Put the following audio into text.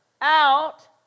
out